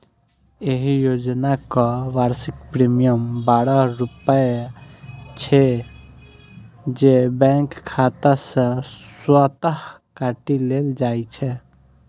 एहि योजनाक वार्षिक प्रीमियम बारह रुपैया छै, जे बैंक खाता सं स्वतः काटि लेल जाइ छै